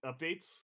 updates